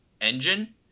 engine